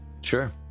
sure